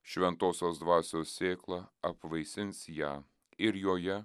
šventosios dvasios sėkla apvaisins ją ir joje